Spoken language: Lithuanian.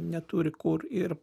neturi kur ir